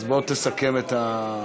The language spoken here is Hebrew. אז בוא תסכם את העניין.